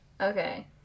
Okay